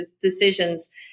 decisions